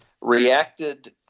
reacted